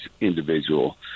individual